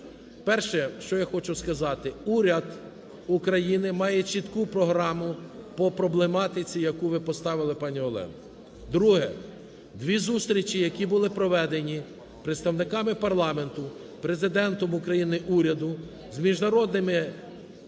Перше, що я хочу сказати. Уряд України має чітку програму по проблематиці, яку ви поставили, пані Олена. Друге. Дві зустрічі, які були проведені представниками парламенту, Президентом України, урядом з міжнародними